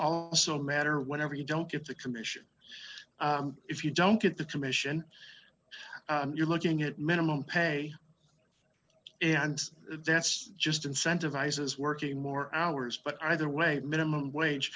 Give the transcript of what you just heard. also matter whatever you don't get the commission if you don't get the commission you're looking at minimum pay and that's just incentivizes working more hours but either way minimum wage